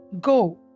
Go